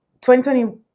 2020